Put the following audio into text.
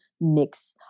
mix